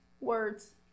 words